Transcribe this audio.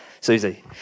Susie